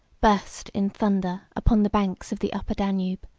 burst in thunder upon the banks of the upper danube.